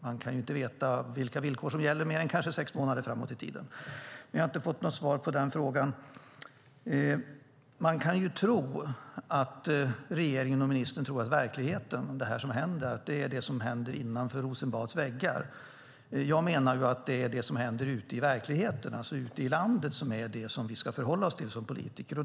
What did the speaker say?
Man kan ju inte veta vilka villkor som gäller mer än kanske sex månader framåt i tiden. Men jag har inte fått något svar på frågan. Man kan tro att regeringen och ministern tror att verkligheten och det som händer är det som händer innanför Rosenbads väggar. Jag menar att det är det som händer ute i verkligheten, alltså ute i landet, som är det som vi ska förhålla oss till som politiker.